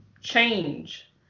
change